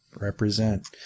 represent